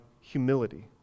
humility